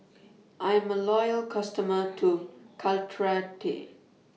I'm A Loyal customer to Caltrate